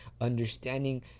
understanding